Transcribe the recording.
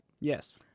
Yes